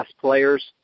players